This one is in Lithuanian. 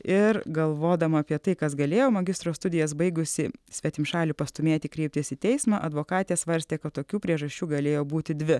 ir galvodama apie tai kas galėjo magistro studijas baigusį svetimšalį pastūmėti kreiptis į teismą advokatė svarstė kad tokių priežasčių galėjo būti dvi